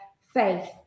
faith